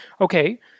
Okay